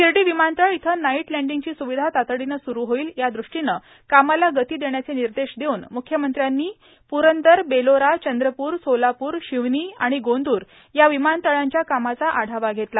शिर्डी विमानतळ इथं नाईट लँडींगची सुविधा तातडीनं सुरू होईल यादृष्टीनं कामास गती देण्याचे निर्देश देऊन मुख्यमंत्र्यांनी पुरंदर बेलोरा चंद्रपूर सोलापूर शिवनी आणि गोंदूर या विमानतळांच्या कामाचा आढावा घेतला